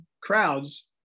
crowds